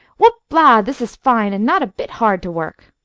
whoop-la! this is fine, and not a bit hard to work!